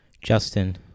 Justin